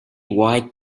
wide